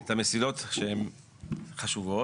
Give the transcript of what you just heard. את המסילות שהן חשובות,